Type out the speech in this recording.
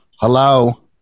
Hello